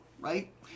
right